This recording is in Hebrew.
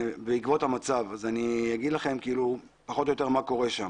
אני אומר לכם פחות או יותר מה קורה שם.